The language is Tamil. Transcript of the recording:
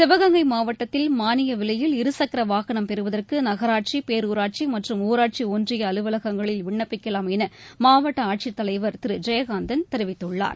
சிவகங்கை மாவட்டத்தில் மானிய விலையில் இருசக்கர வாகனம் பெறுவதற்கு நகராட்சி பேருராட்சி மற்றும் ஊராட்சி ஒன்றிய அலுவலகங்களில் விண்ணப்பிக்கலாம் என மாவட்ட ஆட்சித் தலைவர் திரு ஜெயகாந்தன் தெரிவித்துள்ளார்